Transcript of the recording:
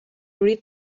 read